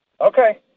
Okay